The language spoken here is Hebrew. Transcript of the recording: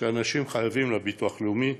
שאנשים חייבים לביטוח לאומי.